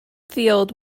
field